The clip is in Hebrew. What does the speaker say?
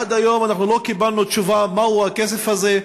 עד היום לא קיבלנו תשובה מהו הכסף הזה.